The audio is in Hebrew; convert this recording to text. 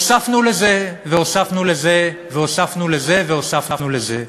הוספנו לזה, הוספנו לזה, הוספנו לזה והוספנו לזה.